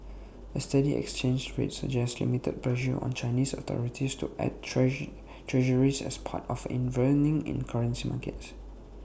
A steady exchange rate suggests limited pressure on Chinese authorities to add treasure Treasuries as part of intervening in currency markets